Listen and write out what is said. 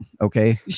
okay